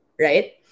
right